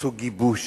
עשו גיבוש.